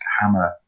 Hammer